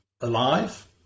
alive